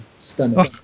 stunning